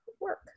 work